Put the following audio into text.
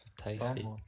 Tasty